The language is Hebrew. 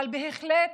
אבל בהחלט,